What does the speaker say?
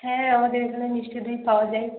হ্যাঁ আমাদের এখানে মিষ্টি দই পাওয়া যায়